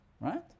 right